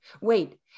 wait